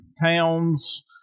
towns